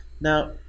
now